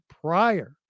prior